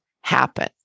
happen